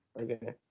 Okay